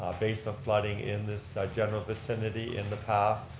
ah basement flooding in this general vicinity in the past.